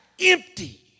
empty